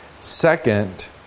Second